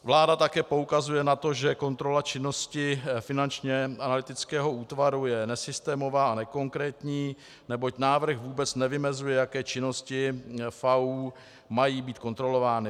Vláda také poukazuje na to, že kontrola činnosti Finančního analytického útvaru je nesystémová a nekonkrétní, neboť návrh vůbec nevymezuje, jaké činnosti FAÚ mají být kontrolovány.